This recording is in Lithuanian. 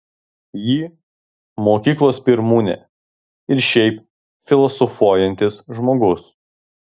ji mokyklos pirmūnė ir šiaip filosofuojantis žmogus